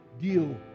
deal